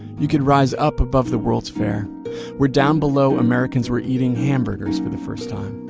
you could rise up above the world's fair where down below americans were eating hamburgers for the first time.